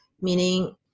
meaning